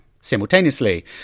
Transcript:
simultaneously